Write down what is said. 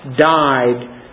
died